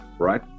Right